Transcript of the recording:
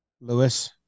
Lewis